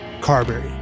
Carberry